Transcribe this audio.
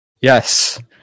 Yes